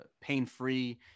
pain-free